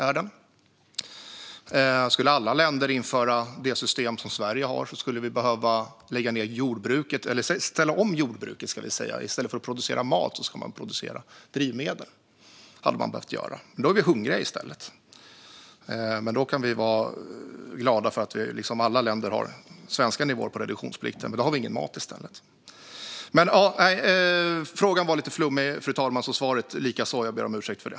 Om alla länder införde det som system Sverige har skulle vi behöva ställa om jordbruket till att producera drivmedel i stället för mat. Då får vi gå hungriga men kan glädjas åt att alla länder har svenska nivåer på reduktionsplikten. Fru talman! Frågan var lite flummig och svaret därför likaså. Jag ber om ursäkt för det.